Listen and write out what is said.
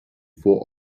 vor